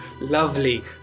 lovely